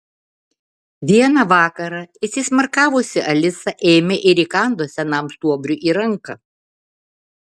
vieną vakarą įsismarkavusi alisa ėmė ir įkando senam stuobriui į ranką